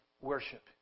worship